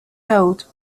held